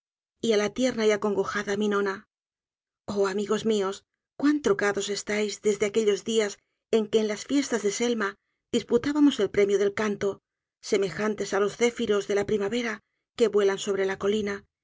á la tierna y acongojada miñona oh amigos mios cuan trocados estáis desde aquellos dias en que en las fiestas de selma disputábamos el premio del canto semejantes á los céfiros de la primavera que vuelan sobre la colina